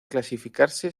clasificarse